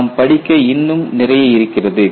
நாம் படிக்க இன்னும் நிறைய இருக்கிறது